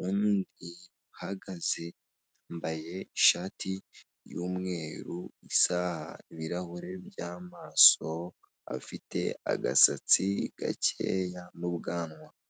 uwundi uhagaze yambaye ishati y'umweru, isaha, ibirahure by'amaso, afite agasatsi gakeya n'ubwanwa.